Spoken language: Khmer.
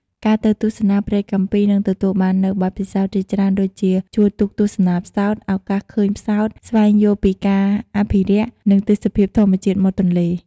ការទៅទស្សនានៅព្រែកកាំពីនឹងទទួលបាននូវបទពិសោធន៍ជាច្រើនដូចជា ជួលទូកទស្សនាផ្សោត ឱកាសឃើញផ្សោត ស្វែងយល់ពីការអភិរក្ស នឹងទេសភាពធម្មជាតិមាត់ទន្លេ ។